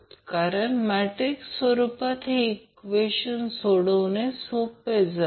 कारण मॅट्रिक्स रुपात हे ईक्वेशन सोडवणे सोपे जाते